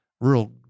Real